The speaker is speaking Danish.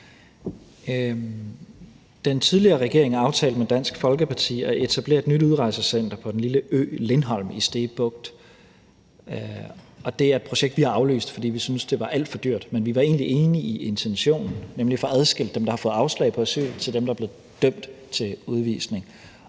Den tidligere regering aftalte med Dansk Folkeparti at etablere et nyt udrejsecenter på den lille ø Lindholm i Stege Bugt, og det er et projekt, vi har aflyst, fordi vi syntes, det var alt for dyrt. Men vi var egentlig enige i intentionen, nemlig at få adskilt dem, der har fået afslag på asyl, og så dem, der er blevet dømt til udvisning.